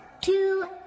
two